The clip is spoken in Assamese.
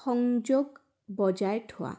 সংযোগ বজাই থোৱা